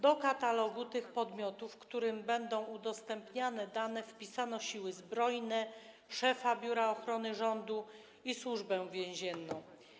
Do katalogu tych podmiotów, którym będą udostępniane dane, wpisano Siły Zbrojne, szefa Biura Ochrony Rządu i Służbę Więzienną.